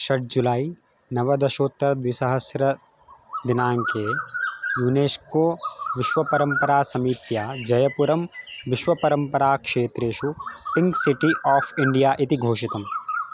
षड् जुलै नवदशोत्तरद्विसहस्रदिनाङ्के युनेश्को विश्वपरम्परासमीत्या जयपुरं विश्वपरम्पराक्षेत्रेषु पिङ्क् सिटि आफ़् इण्डिया इति घोषितम्